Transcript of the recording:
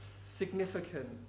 significant